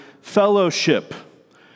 fellowship